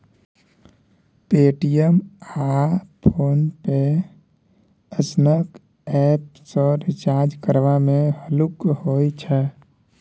Paytm आ PhonePe सनक app सँ रिचार्ज करबा मे हल्लुक होइ छै